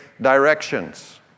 directions